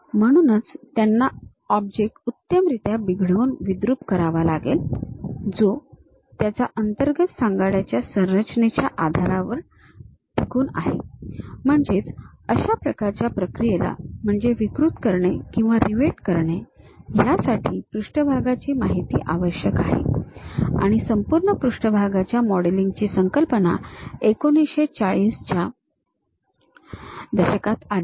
म्हणून त्यांना ऑब्जेक्ट उत्तम रित्या बिघडवून विद्रुप करावा लागेल जो त्याचा अंतर्गत सांगाड्याच्या संरचनेच्या आधारावर टिकून आहे म्हणजेच अशा प्रकारच्या प्रक्रियेला म्हणजे विकृत करणे किंवा रिव्हेट करणे यासाठी पृष्ठभागाची माहिती आवश्यक आहे आणि संपूर्ण पृष्ठभागाच्या मॉडेलिंगची संकल्पना 1940 च्या दशकात आली